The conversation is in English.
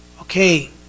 okay